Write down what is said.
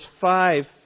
five